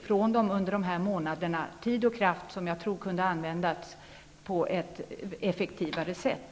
från den under dessa månader, tid och kraft som jag tror hade kunnat användas på ett effektivare sätt.